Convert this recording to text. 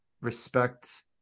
respect